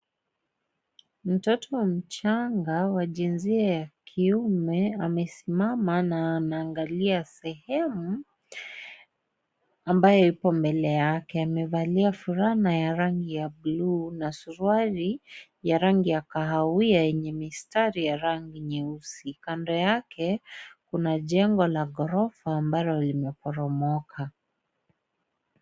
Mtoto wa mchanga wa jinsia ya kiume amesimama na anaangalia sehemu, ambayo ipo mbele yake. Amevalia fulana ya rangi ya bluu na suruali ya rangi ya kahawia yenye mistari ya rangi nyeusi. Kando yake, kuna jengo la ghorofa ambalo limeporomoka.